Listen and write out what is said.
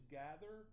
gather